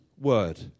word